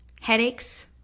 headaches